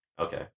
Okay